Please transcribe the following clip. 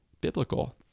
biblical